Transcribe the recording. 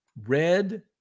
red